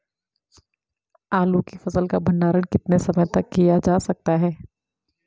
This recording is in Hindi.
आलू की फसल का भंडारण कितने समय तक किया जा सकता है?